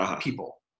people